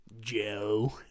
Joe